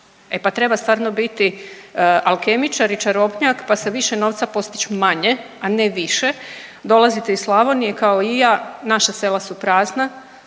E pa treba stvarno biti alkemičar i čarobnjak pa sa više novca postić manje, a ne više. Dolazite iz Slavonije kao i ja, naša sela su prazna,